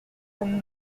sommes